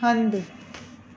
हंधु